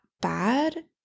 bad